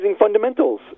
Fundamentals